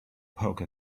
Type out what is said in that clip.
poke